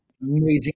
Amazing